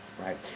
right